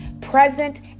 present